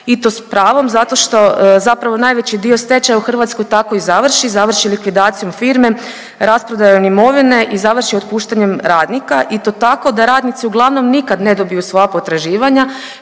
i to s pravom zato što zapravo najveći dio stečaja u Hrvatskoj tako i završi, završi likvidacijom firme, rasprodajom imovine i završi otpuštanjem radnika i to tako da radnici uglavnom nikad ne dobiju svoja potraživanja,